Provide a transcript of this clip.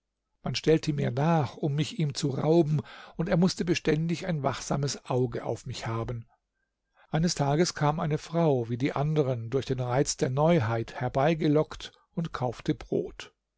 man stellte mir nach um mich ihm zu rauben und er mußte beständig ein wachsames auge auf mich haben eines tages kam ein frau wie die anderen durch den reiz der neuheit herbeigelockt und kaufte brot